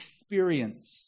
experience